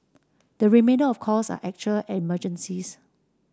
the remainder of calls are actual emergencies